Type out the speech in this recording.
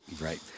Right